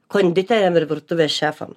konditeriam ir virtuvės šefam